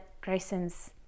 Grayson's